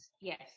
yes